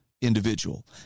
individual